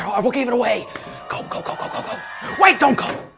i will cave it away go go go go go go wait, don't go.